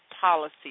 policy